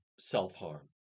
self-harm